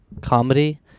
comedy